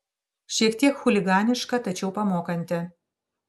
šiek tiek chuliganiška tačiau pamokanti